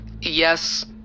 Yes